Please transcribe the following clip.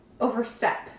overstep